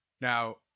Now